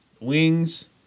Wings